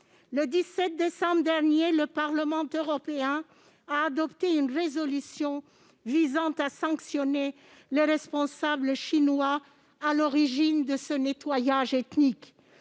Le 17 décembre dernier, le Parlement européen a adopté une résolution visant à sanctionner les responsables chinois à l'origine de ce nettoyage ethnique.